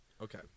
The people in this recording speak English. Okay